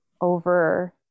over